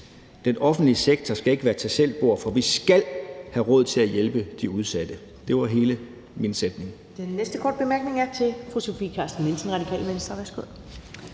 Den offentlige sektor skal ikke være et tag selv-bord, for vi skal have råd til at hjælpe de udsatte. Det var hele min sætning.